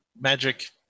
magic